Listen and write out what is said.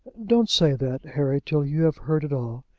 don't say that, harry, till you have heard it all.